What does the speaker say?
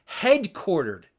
headquartered